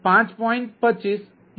25 INR